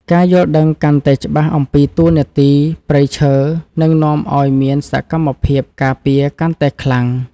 ការយល់ដឹងកាន់តែច្បាស់អំពីតួនាទីព្រៃឈើនឹងនាំឱ្យមានសកម្មភាពការពារកាន់តែខ្លាំង។